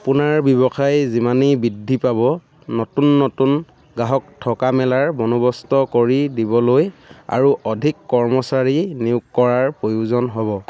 আপোনাৰ ব্যৱসায় যিমানেই বৃদ্ধি পাব নতুন নতুন গ্ৰাহক থকা মেলাৰ বন্দোৱস্ত কৰি দিবলৈ আৰু অধিক কৰ্মচাৰী নিয়োগ কৰাৰ প্ৰয়োজন হ'ব